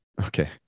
okay